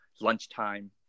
lunchtime